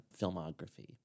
filmography